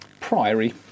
priory